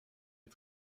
est